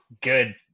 good